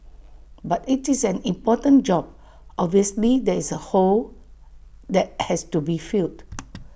but it's an important job obviously there is A hole that has to be filled